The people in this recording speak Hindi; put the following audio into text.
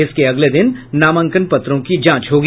इसके अगले दिन नामांकन पत्रों की जांच होगी